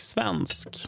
Svensk